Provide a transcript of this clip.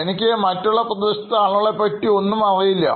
എനിക്ക് മറ്റുള്ള പ്രദേശത്തുള്ള ആളുകളെ പറ്റി ഒന്നും അറിയില്ല